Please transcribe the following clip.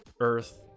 earth